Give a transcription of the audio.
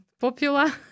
popular